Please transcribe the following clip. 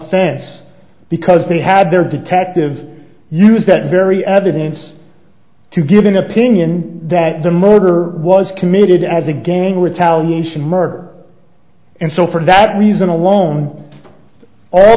offense because they had their detective use that very evidence to give an opinion that the murder was committed as a gang retaliation murder and so for that reason alone all